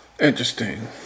interesting